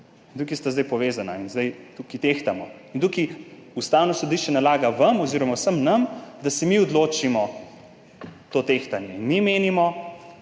tukaj sta zdaj povezana in zdaj tukaj tehtamo. Tukaj Ustavno sodišče nalaga vam oziroma vsem nam, da se mi odločimo, to tehtanje. Mi menimo,